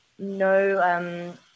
no